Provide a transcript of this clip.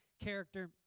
character